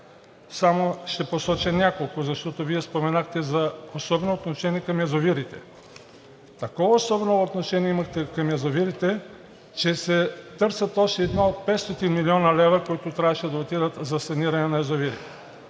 Ще посоча няколко, защото Вие споменахте за особено отношение към язовирите. Такова особено отношение имахте към язовирите, че се търсят още едни 500 млн. лв., които трябваше да отидат за саниране на язовири.